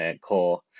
core